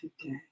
today